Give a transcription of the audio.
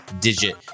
digit